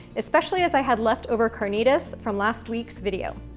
especially as i had leftover carnitas from last week's video.